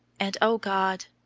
and, o god,